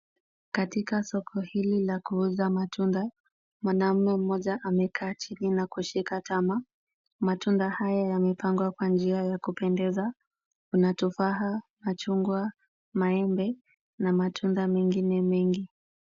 Katika soko hili la kuuza matunda, mwanaume mmoja amekaa chini na kushika tama. Matunda haya yamepangwa kwa njia ya kupendeza. Kuna tofaha, machungwa, maembe na matunda mengine mengi.